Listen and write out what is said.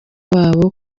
wabo